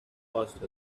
passed